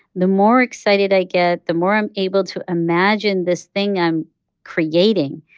the more excited i get, the more i'm able to imagine this thing i'm creating,